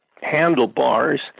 handlebars